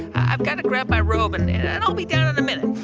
i'm going to grab my robe, and i'll be down in a minute